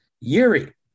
Yuri